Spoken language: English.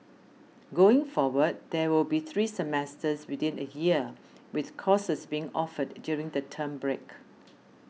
going forward there will be three semesters within a year with courses being offered during the term break